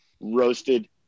roasted